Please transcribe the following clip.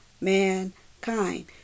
mankind